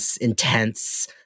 intense